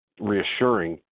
reassuring